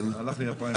הלכה לי הפואנטה.